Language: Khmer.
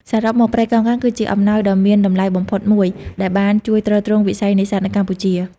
សរុបមក ព្រៃកោងកាងគឺជាអំណោយដ៏មានតម្លៃបំផុតមួយដែលបានជួយទ្រទ្រង់វិស័យនេសាទនៅកម្ពុជា។